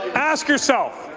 ask yourself,